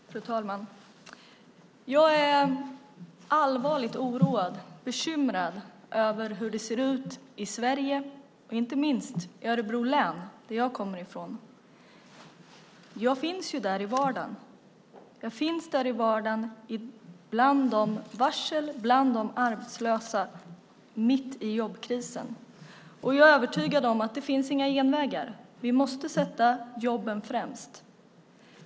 Fru talman! Jag är allvarligt oroad och bekymrad över hur det ser ut i Sverige, inte minst i Örebro län, som jag kommer från. Jag finns där i vardagen bland varslen och de arbetslösa, mitt i jobbkrisen. Jag är övertygad om att det inte finns några genvägar. Vi måste sätta jobben främst.